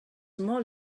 molt